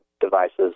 devices